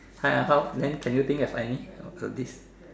!aiya! how then can you think of any of this